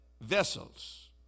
Vessels